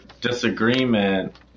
disagreement